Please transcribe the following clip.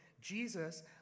Jesus